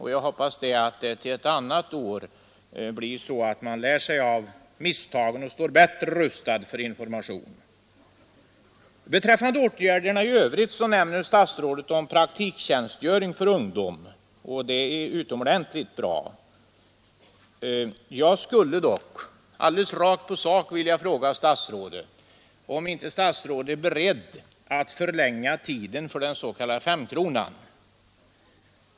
Och jag hoppas att man till ett annat år lär sig av misstagen och står bättre rustad för information. Beträffande åtgärderna i övrigt nämner statsrådet praktiktjänstgöring för ungdom, och det är utomordentligt bra. Jag skulle dock alldeles rakt på sak vilja fråga statsrådet, om inte statsrådet är beredd att förlänga tiden för den s.k. femkronan.